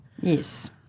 Yes